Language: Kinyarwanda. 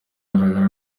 kigaragara